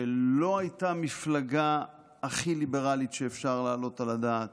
שלא הייתה המפלגה הכי ליברלית שאפשר להעלות על הדעת,